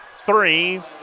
three